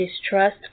distrust